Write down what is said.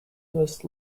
most